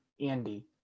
Andy